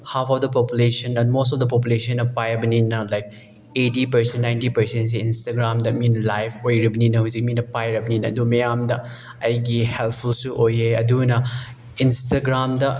half of the population most of the ꯄꯣꯄꯨꯂꯦꯁꯟꯅ ꯄꯥꯏꯕꯅꯤꯅ like eighty percent ninety ꯄꯥꯔꯁꯦꯟꯁꯦ ꯏꯟꯁꯇꯒ꯭ꯔꯥꯝꯗ ꯃꯤꯅ ꯂꯥꯏꯐ ꯑꯣꯏꯔꯤꯕꯅꯤꯅ ꯍꯧꯖꯤꯛ ꯃꯤꯅ ꯄꯥꯏꯔꯕꯅꯤꯅ ꯑꯗꯨ ꯃꯌꯥꯝꯗ ꯑꯩꯒꯤ ꯍꯦꯜꯞꯐꯨꯜꯁꯨ ꯑꯣꯏꯌꯦ ꯑꯗꯨꯅ ꯏꯟꯁꯇꯒ꯭ꯔꯥꯝꯗ